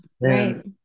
Right